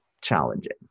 challenging